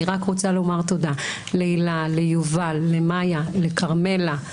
אני רוצה לומר תודה להילה, ליובל, למאיה, לכרמלה.